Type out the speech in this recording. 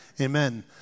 amen